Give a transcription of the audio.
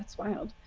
wild.